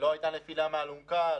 לא הייתה נפילה מהאלונקה.